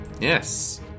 Yes